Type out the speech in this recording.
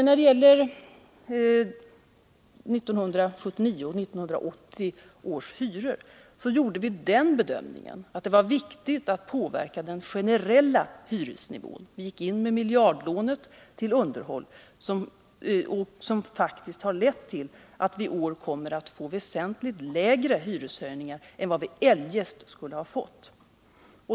När det gäller 1979 och 1980 års hyror gjorde vi den bedömningen att det var viktigt att påverka den generella hyresnivån. Vi gick in med miljardlånet till underhåll, som faktiskt har lett till att vi i år kommer att få väsentligt lägre hyreshöjningar än vad vi eljest skulle ha fått.